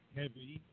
heavy